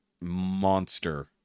monster